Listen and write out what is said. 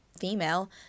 female